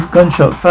Gunshot